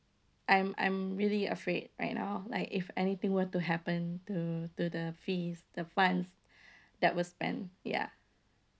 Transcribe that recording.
I'm I'm really afraid right now like if anything were to happen to to the fees the funds that were spent ya